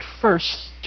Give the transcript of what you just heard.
first